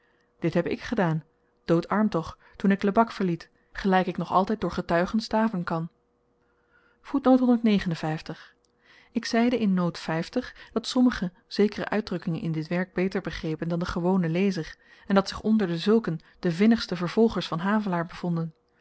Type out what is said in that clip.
dit heb ik gedaan doodarm toch toen ik lebak verliet gelyk ik nog altyd door getuigen staven kan ik zeide in nood dat sommigen zekere uitdrukkingen in dit werk beter begrepen dan de gewone lezer en dat zich onder dezulken de vinnigste vervolgers van havelaar bevonden